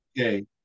okay